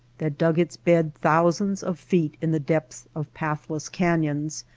that dug its bed thousands of feet in the depths of pathless canyons,